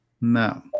No